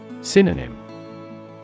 Synonym